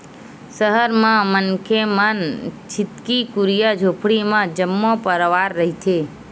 सहर म मनखे मन छितकी कुरिया झोपड़ी म जम्मो परवार रहिथे